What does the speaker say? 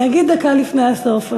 אני אגיד דקה לפני הסוף,